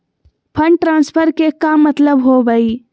Fund transfer के का मतलब होव हई?